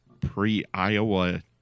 pre-Iowa